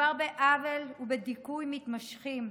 מדובר בעוול ובדיכוי מתמשכים.